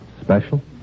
Special